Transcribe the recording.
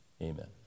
Amen